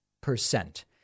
percent